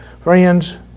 Friends